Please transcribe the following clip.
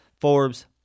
Forbes